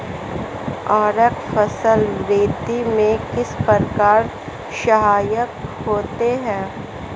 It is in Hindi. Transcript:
उर्वरक फसल वृद्धि में किस प्रकार सहायक होते हैं?